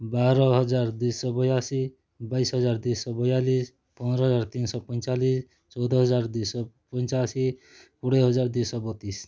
ବାର ହଜାର ଦୁଇଶହ ବୟାଅଶୀ ବାଇଶ ହଜାର ଦୁଇଶହ ବୟାଲିଶ ପନ୍ଦର ହଜାର ତିନଶହ ପଇଁଚାଲିଶ ଚଉଦ ହଜାର ଦୁଇଶହ ପଞ୍ଚାଅଶୀ କୋଡ଼ିଏ ହଜାର ଦୁଇଶହ ବତିଶ